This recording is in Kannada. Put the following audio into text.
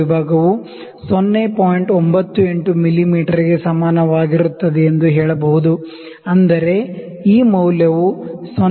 98 ಮಿಮೀಗೆ ಸಮಾನವಾಗಿರುತ್ತದೆ ಎಂದು ಹೇಳಬಹುದು ಅಂದರೆ ಈ ಮೌಲ್ಯವು 0